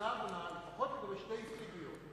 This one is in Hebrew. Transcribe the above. ישנה הבנה שלפחות שתי הסתייגויות,